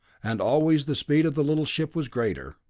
and always the speed of the little ship was greater.